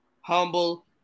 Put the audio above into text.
humble